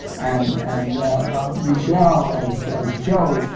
and and michel, as as joe,